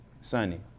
sunny